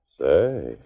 Say